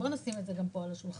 בואו נשים את זה גם פה על השולחן.